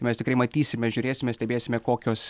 mes tikrai matysime žiūrėsime stebėsime kokios